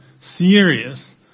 serious